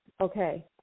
okay